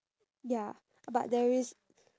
ya but there is